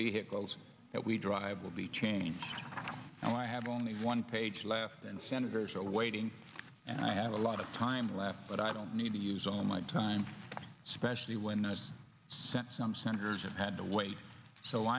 vehicles that we drive will be changed and i have only one page left and senators are waiting and i have a lot of time left but i don't need to use all my time specially when i was sent some senators have had to wait so